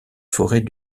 forêts